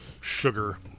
sugar